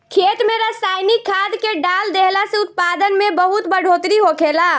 खेत में रसायनिक खाद्य के डाल देहला से उत्पादन में बहुत बढ़ोतरी होखेला